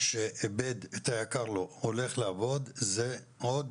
שאיבד את היקר לו הולך לעבוד זו עוד